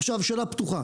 פתוחה,